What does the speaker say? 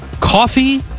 coffee